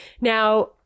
Now